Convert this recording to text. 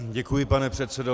Děkuji, pane předsedo.